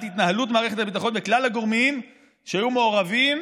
התנהלות מערכת הביטחון וכלל הגורמים שהיו מעורבים,